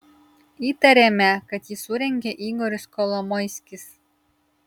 įtariame kad jį surengė igoris kolomoiskis